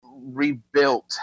Rebuilt